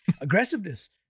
Aggressiveness